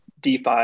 DeFi